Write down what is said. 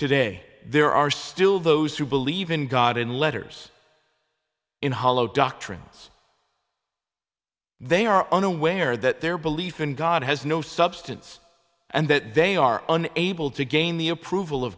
today there are still those who believe in god in letters in hollow doctrines they are unaware that their belief in god has no substance and that they are an able to gain the approval of